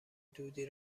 دودی